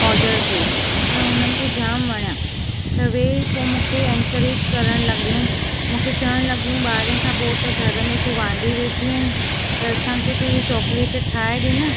order ते त हुननि खे जाम वणियां त उहे पोइ मूंखे एनकरेज करण लॻियूं मूंखे चवणु लॻियूं ॿारे खां पोइ त घर में तूं वांधी वेठी आहीं त असांखे तूं इहे चॉकलेट ठाहे ॾे न